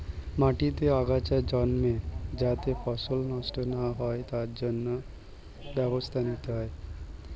মাটিতে আগাছা জন্মে যাতে ফসল নষ্ট না হয় তার জন্য ব্যবস্থা নিতে হয়